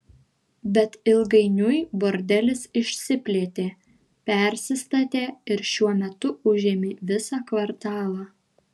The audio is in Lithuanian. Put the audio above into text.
bet ilgainiui bordelis išsiplėtė persistatė ir šiuo metu užėmė visą kvartalą